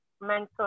mental